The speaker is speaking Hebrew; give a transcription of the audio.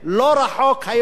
לא רחוק היום,